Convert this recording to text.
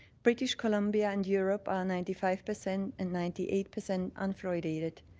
british columbia and europe are ninety five percent and ninety eight percent unfluoridated.